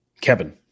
Kevin